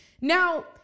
Now